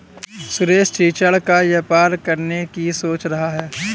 सुरेश चिचिण्डा का व्यापार करने की सोच रहा है